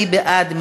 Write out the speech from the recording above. מי בעד?